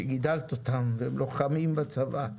שגידלת אותם והם לוחמים בצבא,